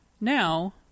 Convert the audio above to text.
now